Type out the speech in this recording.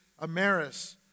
Amaris